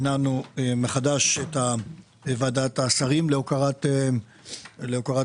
הנענו מחדש את ועדת השרים להוקרת המילואים.